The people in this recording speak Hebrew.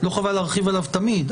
לא חבל להרחיב עליו תמיד.